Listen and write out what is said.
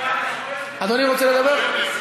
אדוני רוצה לדבר?